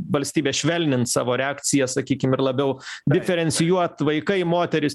valstybė švelnint savo reakciją sakykim ir labiau diferencijuot vaikai moterys